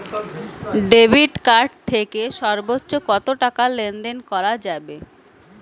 Debit card থেকে সর্বোচ্চ কত টাকা লেনদেন করা যাবে?